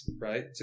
right